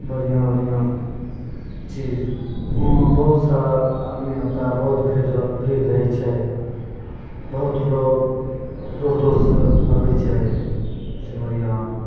बढ़िआँ बढ़िआँ चीज बहुत सारा आदमी ओतऽ बहुत भीड़ भीड़ रहै छै बहुत लोक दूर दूरसे आबै छै सिमरिया